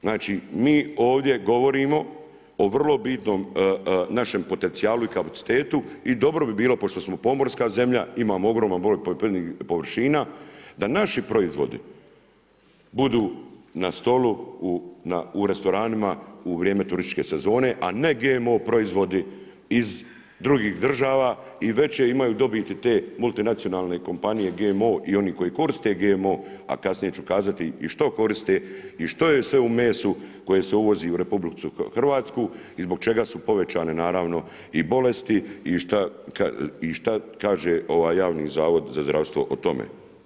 Znači mi ovdje govorimo o vrlo bitnom našem potencijalu i kapacitetu i dobro bi bilo, pošto smo pomorska zemlja, imamo ogromni br. poljoprivrednih površina, da naši proizvodi budu na stolu u restoranima u vrijeme turističke sezone, a ne GMO proizvodi iz drugih država i veće imaju dobiti te multinacionalne kompanije i GMO i oni koji koriste GMO, a kasnije ću kazati i što koriste i što je sve u mesu koje se uvozi u RH i zbog čega su povećane naravno i bolesti i šta kaže Javni zavod za zdravstvo o tome?